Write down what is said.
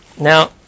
Now